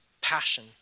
passion